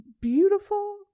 beautiful